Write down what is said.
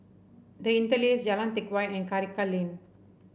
The Interlace Jalan Teck Whye and Karikal Lane